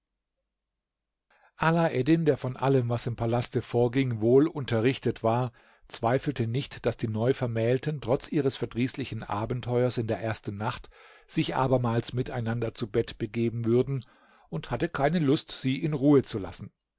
der von allem was im palaste vorging wohl unterrichtet war zweifelte nicht daß die neuvermählten trotz ihres verdrießlichen abenteuers in der ersten nacht sich abermals miteinander zu bett begeben würden und hatte keine lust sie in ruhe zu lassen